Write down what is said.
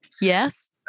Yes